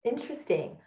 Interesting